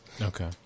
Okay